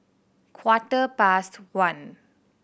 quarter past one